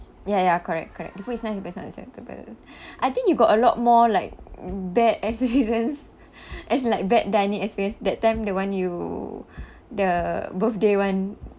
ya ya correct correct who's nice to I think you got a lot more like bad experience as in like bad dining experience that time the one you the birthday [one]